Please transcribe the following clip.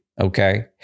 okay